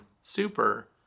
super